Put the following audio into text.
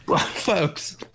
folks